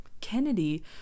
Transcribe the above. Kennedy